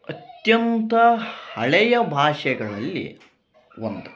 ಅತ್ಯಂತ ಹಳೆಯ ಭಾಷೆಗಳಲ್ಲಿ ಒಂದು